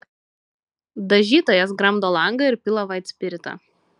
dažytojas gramdo langą ir pila vaitspiritą